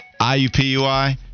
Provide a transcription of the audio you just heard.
IUPUI